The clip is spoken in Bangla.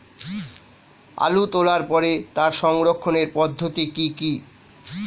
আলু তোলার পরে তার সংরক্ষণের পদ্ধতি কি কি?